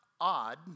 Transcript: odd